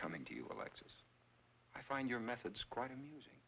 coming to you alexis i find your methods quite amusing